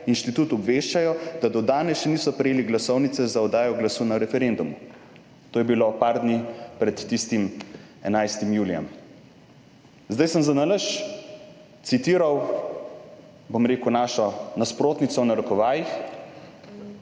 inštitut obveščajo, da do danes še niso prejeli glasovnice za oddajo glasu na referendumu. To je bilo par dni pred tistim 11. julijem. Zdaj sem zanalašč citiral, bom rekel, našo nasprotnico, v narekovajih,